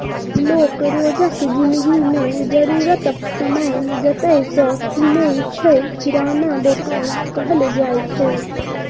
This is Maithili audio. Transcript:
लोक रोजक जिनगी मे जरुरतक समान जतय सँ कीनय छै किराना दोकान कहल जाइ छै